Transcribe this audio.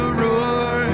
roar